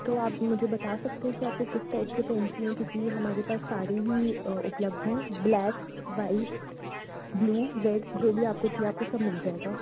तो आप मुझे बता सकते हैं कि आपको किस टाइप की पेंसिलें क्योंकि यह हमारे पास सारी ही उपलब्ध हैं ब्लैक व्हाइट ब्लू रेड जो भी आपको चाहिए आपको सब मिल जाएगा